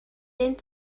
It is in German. den